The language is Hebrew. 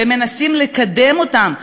והם מנסים לקדם אותם,